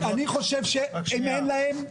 אני חושב שאם אין להם,